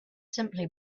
simply